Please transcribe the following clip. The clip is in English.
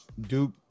Duke